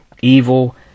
evil